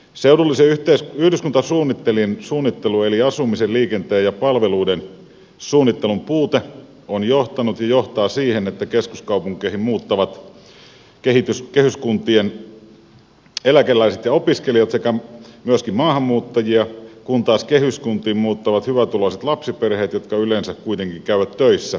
seudullisen yhdyskuntasuunnittelun eli asumisen liikenteen ja palveluiden suunnittelun puute on johtanut ja johtaa siihen että keskuskaupunkeihin muuttaa kehyskuntien eläkeläisiä ja opiskelijoita sekä myöskin maahanmuuttajia kun taas kehyskuntiin muuttavat hyvätuloiset lapsiperheet jotka yleensä kuitenkin käyvät töissä keskuskaupungissa tai keskuskunnassa